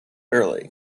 early